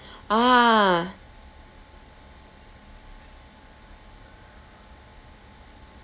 ah